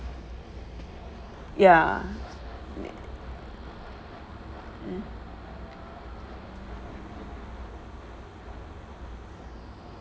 ya mm